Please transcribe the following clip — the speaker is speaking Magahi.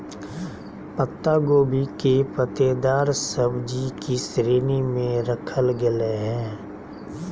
पत्ता गोभी के पत्तेदार सब्जि की श्रेणी में रखल गेले हें